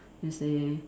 you see